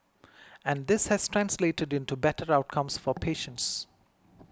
and this has translated into better outcomes for patients